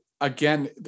again